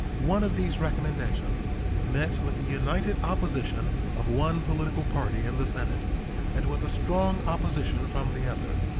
one of these recommendations met with the united opposition of one political party in the senate and with a strong opposition from the other,